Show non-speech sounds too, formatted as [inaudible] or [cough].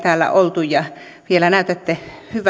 [unintelligible] täällä oltu ja vielä näytätte